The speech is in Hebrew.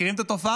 מכירים את התופעה?